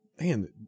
man